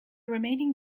remaining